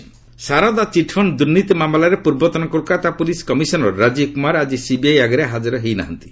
CBI Kumar Saradha chit fund ଦ୍ରୁର୍ନୀତି ମାମଲାରେ ପୂର୍ବତନ କୋଲକାତା ପୁଲିସ କମିଶନର ରାଜୀବ କୁମାର ଆଜି ସିବିଆଇ ଆଗରେ ହାଜର ହୋଇନାହାନ୍ତି